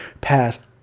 passed